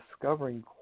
discovering